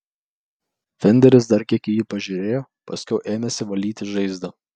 fenderis dar kiek į jį pažiūrėjo paskiau ėmėsi valyti žaizdą